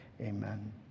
Amen